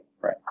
Right